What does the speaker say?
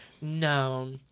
No